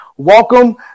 Welcome